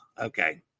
Okay